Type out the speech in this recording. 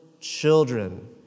children